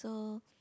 so